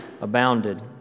abounded